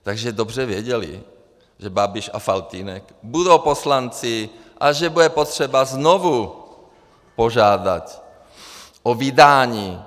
Takže dobře věděli, že Babiš a Faltýnek budou poslanci a že bude potřeba znovu požádat o vydání.